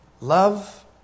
Love